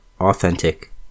Authentic